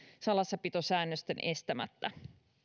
salassapitosäännösten estämättä